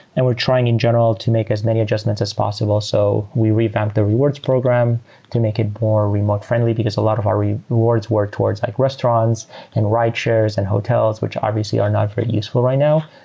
and we're trying in general to make as many adjustments as possible. so we revamped the rewards program to make it more remote-friendly, because a lot of our rewards work towards bike restaurants and rideshares and hotels, which obviously are not very useful right now.